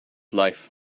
life